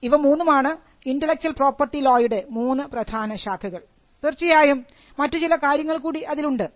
ഇവ മൂന്നുമാണ് intellectual property ലോയുടെ മൂന്ന് പ്രധാന ശാഖകൾ തീർച്ചയായും മറ്റു ചില കാര്യങ്ങൾ കൂടി അതിലുണ്ട്